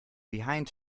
behind